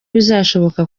bizashoboka